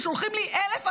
ששולחים לי אלף,